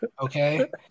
okay